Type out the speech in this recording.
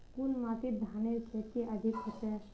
कुन माटित धानेर खेती अधिक होचे?